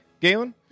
Galen